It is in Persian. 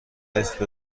نصف